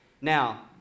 Now